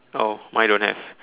oh mine don't have